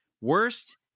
worst